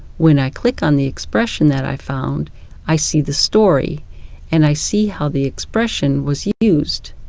when i click on the expression that i found i see the story and i see how the expression was used.